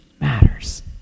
matters